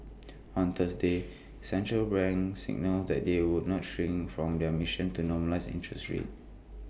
on Thursday central banks signalled that they would not shirk from their missions to normalise interest rates